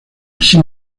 sin